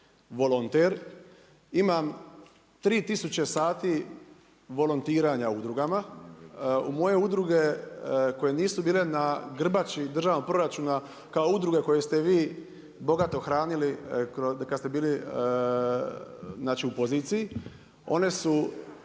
volonter, imam 3000 sati volontiranja u udrugama. U moje udruge koje nisu bile na grbači državnog proračuna, kao udruge koje ste vi bogato hranili, kad ste bili u poziciji. One su